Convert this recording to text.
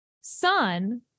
son